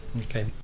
Okay